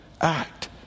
act